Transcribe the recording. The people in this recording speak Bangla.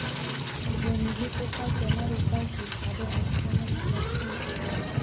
গন্ধি পোকা চেনার উপায় কী তাদের আক্রমণের লক্ষণ কী?